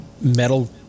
metal